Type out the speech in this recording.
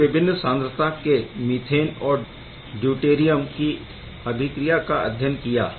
हमने विभिन्न सांद्रता के मीथेन और ड्यूटेरियम की अभिक्रिया का अध्ययन किया